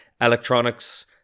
electronics